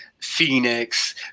Phoenix